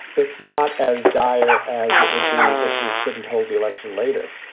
it's not as dire as it would be if we couldn't hold the election later.